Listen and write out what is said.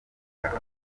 rwanda